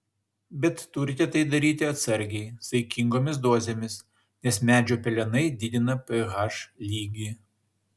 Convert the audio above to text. bet turite tai daryti atsargiai saikingomis dozėmis nes medžio pelenai didina ph lygį